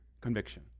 conviction